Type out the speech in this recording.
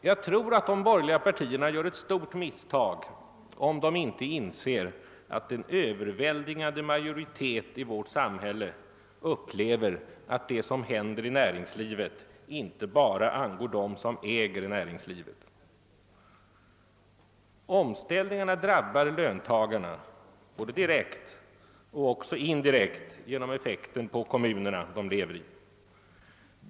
Jag tror att de borgerliga partierna gör ett stort misstag om de inte inser att en överväldigande majoritet i vårt samhälle upplever att det som händer i vårt näringsliv inte bara angår dem som äger företagen. Omställningarna drabbar löntagarna direkt men också indirekt genom effekten på kommunerna de lever i.